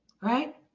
Right